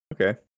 Okay